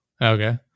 Okay